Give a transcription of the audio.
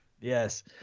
Yes